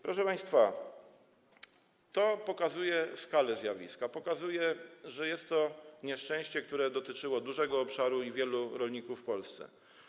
Proszę państwa, to pokazuje skalę zjawiska, pokazuje, że jest to nieszczęście, które dotyczyło dużego obszaru i wielu rolników w Polsce.